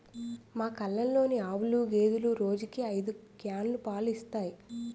మా కల్లంలోని ఆవులు, గేదెలు రోజుకి ఐదు క్యానులు పాలు ఇస్తాయి